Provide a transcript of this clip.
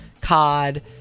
Cod